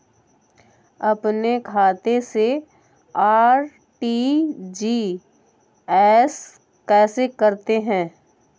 अपने खाते से आर.टी.जी.एस कैसे करते हैं?